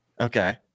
okay